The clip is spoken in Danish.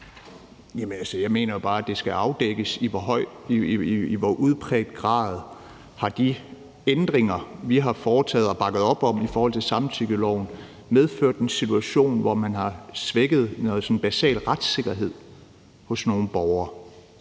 Jeg mener jo bare, det skal afdækkes, i hvor udbredt grad de ændringer, vi har foretaget og bakket op om i forhold til samtykkeloven, har medført en situation, hvor man har svækket noget sådan basal retssikkerhed hos nogle borgere.